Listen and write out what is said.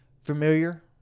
familiar